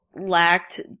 lacked